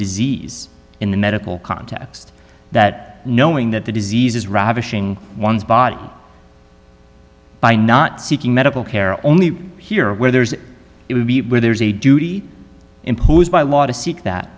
disease in the medical context that knowing that the disease is ravishing one's body by not seeking medical care only here where there is it would be where there is a duty imposed by law to seek that